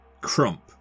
crump